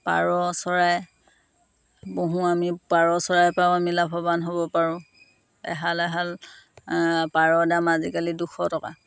পাৰ চৰাই পুহোঁ আমি পাৰ চৰাইৰ পৰাও আমি লাভৱান হ'ব পাৰোঁ এহাল এহাল পাৰৰ দাম আজিকালি দুশ টকা